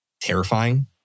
terrifying